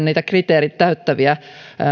niitä kriteerit täyttäviä